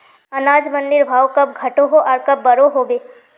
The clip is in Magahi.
अनाज मंडीर भाव कब घटोहो आर कब बढ़ो होबे?